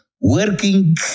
working